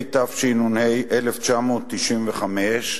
התשנ"ה 1995,